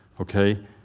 Okay